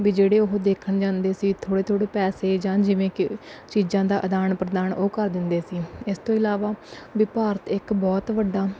ਵੀ ਜਿਹੜੇ ਉਹ ਦੇਖਣ ਜਾਂਦੇ ਸੀ ਥੋੜ੍ਹੇ ਥੋੜ੍ਹੇ ਪੈਸੇ ਜਾਂ ਜਿਵੇਂ ਕਿ ਚੀਜ਼ਾਂ ਦਾ ਅਦਾਨ ਪ੍ਰਦਾਨ ਉਹ ਕਰ ਦਿੰਦੇ ਸੀ ਇਸ ਤੋਂ ਇਲਾਵਾ ਵੀ ਭਾਰਤ ਇੱਕ ਬਹੁਤ ਵੱਡਾ